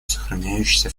сохраняющейся